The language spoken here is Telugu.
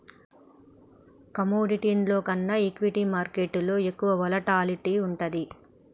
కమోడిటీస్లో కన్నా ఈక్విటీ మార్కెట్టులో ఎక్కువ వోలటాలిటీ వుంటది